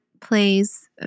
plays